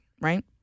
right